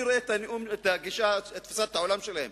אני רואה את תפיסת העולם שלהם.